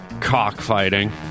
Cockfighting